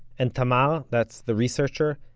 and tamar, that's the researcher,